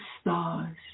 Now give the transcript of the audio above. stars